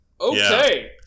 Okay